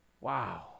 Wow